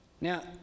Now